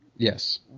Yes